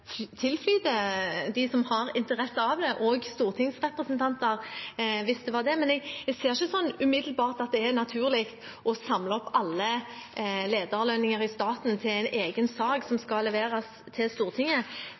som har interesse av det – også stortingsrepresentanter, hvis det er det. Men jeg ser ikke umiddelbart at det er naturlig å samle opp alle lederlønninger i staten til en egen sak som skal leveres til Stortinget.